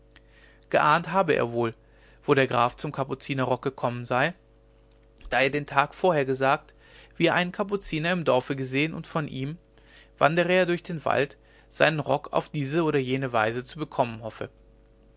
geahnt habe er wohl wo der graf zum kapuzinerrock gekommen sei da er den tag vorher gesagt wie er einen kapuziner im dorfe gesehen und von ihm wandere er durch den wald seinen rock auf diese oder jene weise zu bekommen hoffe